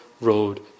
road